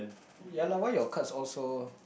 ya lah why your cards all so